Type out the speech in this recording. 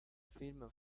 film